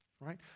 Right